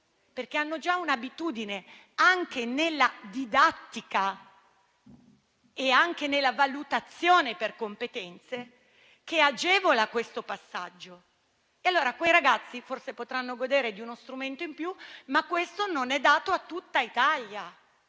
perché hanno già un'abitudine, anche nella didattica e nella valutazione per competenze, che agevola il passaggio. Quei ragazzi forse potranno godere di uno strumento in più, ma questo non è dato a tutta Italia.